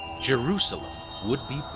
jerusalem would be